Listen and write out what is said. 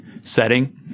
setting